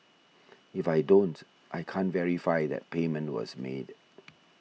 if I don't I can't verify that payment was made